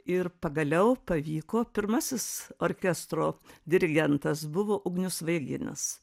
ir pagaliau pavyko pirmasis orkestro dirigentas buvo ugnius vaiginis